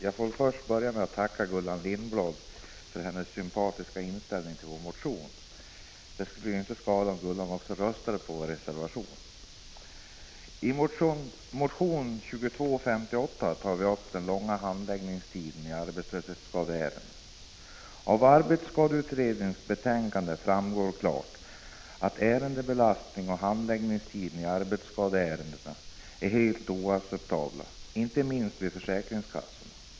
Herr talman! Jag tackar Gullan Lindblad för hennes sympatiska inställning till vår motion. Det skulle inte skada om hon också röstade på vår reservation. I motion 2258 tar vi upp den långa handläggningstiden i arbetsskadeärenden. Av arbetsskadeutredningens betänkande framgår att ärendebelastningen och handläggningstiden i arbetsskadeärenden är helt oacceptabla, inte minst vid försäkringskassan.